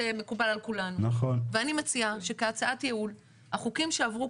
זה מקובל על כולנו ואני מציעה שכהצעת ייעול החוקים שעברו